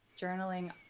journaling